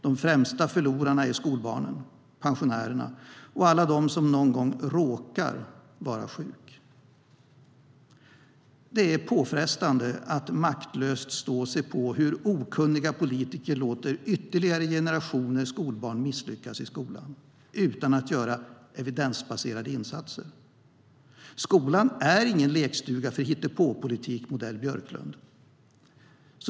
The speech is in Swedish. De främsta förlorarna är skolbarnen, pensionärerna och alla de som någon gång råkar vara sjuka. Det är påfrestande att maktlös stå och se på hur okunniga politiker låter ytterligare generationer skolbarn misslyckas i skolan utan att göra evidensbaserade insatser. Skolan är ingen lekstuga för hittepåpolitik modell Björklund.